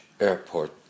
Airport